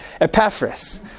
Epaphras